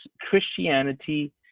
Christianity